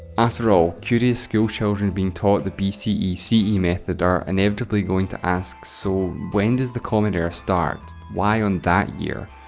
afterall, curious school children being taught the bce yeah ce method are inevitably going to ask, so when does the common era start? why on that year,